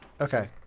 Okay